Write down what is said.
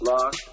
Lock